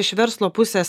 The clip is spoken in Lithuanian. iš verslo pusės